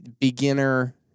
beginner